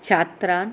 छात्रान्